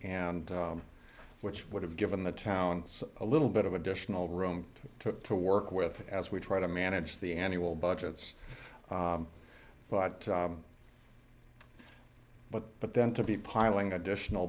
and which would have given the talents a little bit of additional room took to work with as we try to manage the annual budgets but but but then to be piling additional